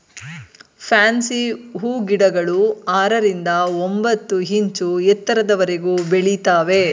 fancy ಹೂಗಿಡಗಳು ಆರರಿಂದ ಒಂಬತ್ತು ಇಂಚು ಎತ್ತರದವರೆಗೆ ಬೆಳಿತವೆ